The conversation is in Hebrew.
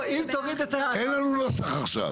אם תוריד את זה --- אין לנו נוסח עכשיו.